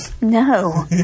No